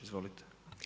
Izvolite.